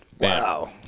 Wow